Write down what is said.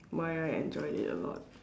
why I enjoyed it a lot